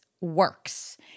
works